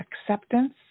acceptance